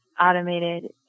automated